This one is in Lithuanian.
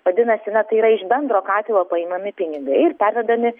vadinasi na tai yra iš bendro katilo paimami pinigai ir pervedami